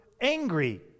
angry